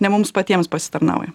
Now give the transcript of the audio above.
ne mums patiems pasitarnauja